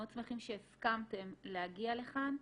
מאוד שמחים שהסכמתם להגיע לכאן.